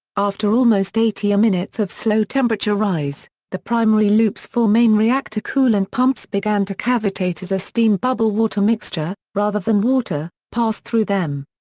after almost eighty minutes of slow temperature rise, the primary loop's four main reactor coolant pumps began to cavitate as a steam bubble water mixture, rather than water, passed through them.